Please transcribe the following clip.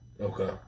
Okay